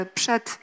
przed